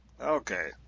Okay